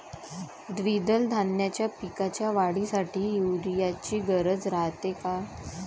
द्विदल धान्याच्या पिकाच्या वाढीसाठी यूरिया ची गरज रायते का?